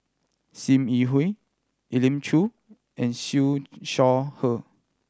Sim Yi Hui Elim Chew and Siew Shaw Her